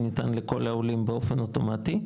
הוא ניתן לכל העולים באופן אוטומטי.